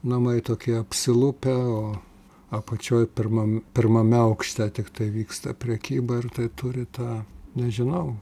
namai tokie apsilupę o apačioj pirmam pirmame aukšte tiktai vyksta prekyba ir tai turi tą nežinau